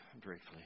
briefly